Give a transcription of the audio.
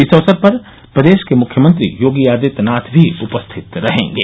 इस अवसर पर प्रदेश के मुख्यमंत्री योगी आदित्यनाथ भी उपस्थित रहेंगे